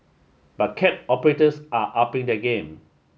but cab operators are upping their game